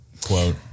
quote